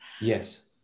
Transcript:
Yes